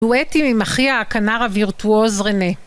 דואטים עם אחי הכנר הווירטואוז רנה.